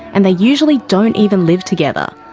and they usually don't even live together.